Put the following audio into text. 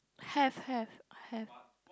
have have have